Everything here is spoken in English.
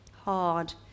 hard